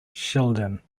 shildon